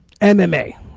MMA